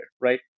right